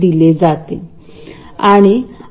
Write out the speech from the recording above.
आपल्याला ते कसे करायचे हे माहित आहे